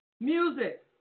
Music